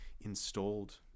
installed